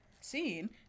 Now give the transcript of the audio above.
seen